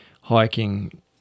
hiking